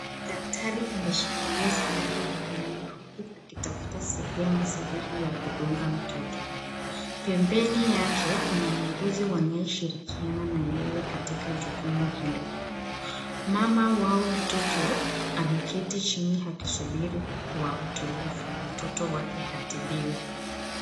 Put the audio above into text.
Daktari ameshikilia sindano mkononi huku akitafuta sehemu sahii ya kudunga mtoto. Pembeni yake kuna muuguzi wanaye shirikiana naye katika jukumu hilo. Mama wao mtoto ameketi chini akisubiri kwa utulivu mtoto wake atibiwe.